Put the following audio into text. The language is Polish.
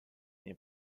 nie